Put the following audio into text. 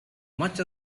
much